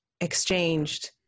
exchanged